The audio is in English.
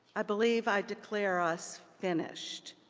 i believe i declare us finished.